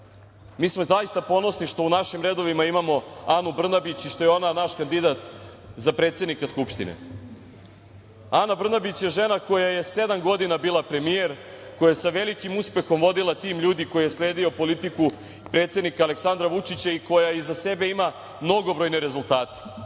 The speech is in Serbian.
mi smo zaista ponosni što u našim redovima imamo Anu Brnabić i što je ona naš kandidat za predsednika Skupštine. Ana Brnabić je žena koja je sedam godina bila premijer, koja je sa velikim uspehom vodila tim ljudi koji je sledio politiku predsednika Aleksandra Vučića i koja iza sebe ima mnogobrojne rezultate. Ali,